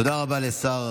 תודה רבה לשר